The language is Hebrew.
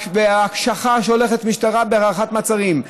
וההקשחה שהולכת במשטרה בהארכת מעצרים,